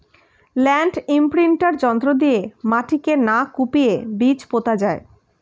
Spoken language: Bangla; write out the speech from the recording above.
ল্যান্ড ইমপ্রিন্টার যন্ত্র দিয়ে মাটিকে না কুপিয়ে বীজ পোতা যায়